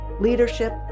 leadership